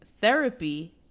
Therapy